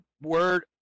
word